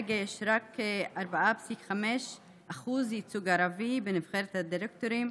כרגע יש רק 4.5% ייצוג ערבי בנבחרת הדירקטורים,